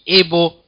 able